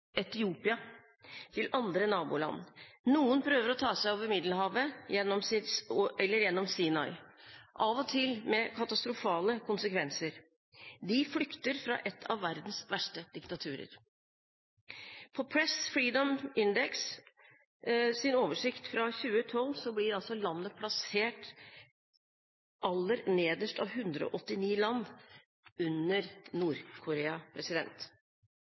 Noen prøver å ta seg over Middelhavet eller gjennom Sinai, av og til med katastrofale konsekvenser. De flykter fra et av verdens verste diktaturer. På Press Freedom Index’ oversikt fra 2012 blir landet plassert aller nederst av 189 land – under